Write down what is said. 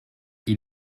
ils